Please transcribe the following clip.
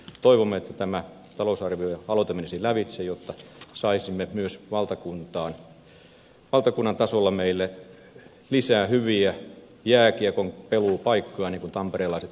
toivomme että tämä talousarvioaloite menisi lävitse jotta saisimme myös valtakunnan tasolla meille lisää hyviä jääkiekonpeluupaikkoja niin kuin tamperelaiset sanovat